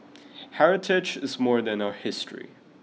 heritage is more than our history